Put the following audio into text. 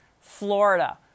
Florida